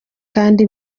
kandi